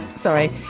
sorry